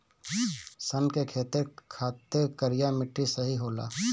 सन के खेती खातिर करिया मिट्टी सही होला